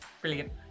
brilliant